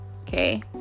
okay